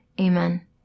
Amen